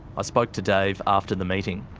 i spoke to dave after the meeting.